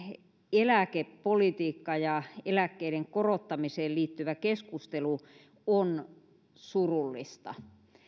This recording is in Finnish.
eläkepolitiikkaan ja eläkkeiden korottamiseen liittyvä keskustelu on surullista